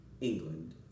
England